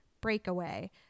Breakaway